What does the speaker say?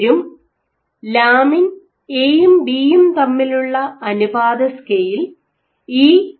7 ഉം ലാമിൻ എയും ബിയും തമ്മിലുള്ള അനുപാത സ്കെയിൽ ഇ 0